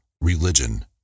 religion